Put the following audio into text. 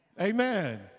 Amen